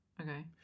Okay